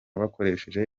bakoresheje